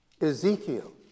Ezekiel